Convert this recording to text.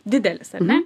didelis ar ne